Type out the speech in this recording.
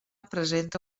presenta